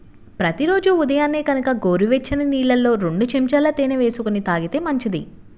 ప్రతి రోజూ ఉదయాన్నే గనక గోరువెచ్చని నీళ్ళల్లో రెండు చెంచాల తేనె వేసుకొని తాగితే మంచిది